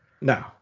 No